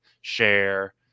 share